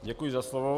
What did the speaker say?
Děkuji za slovo.